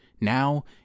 Now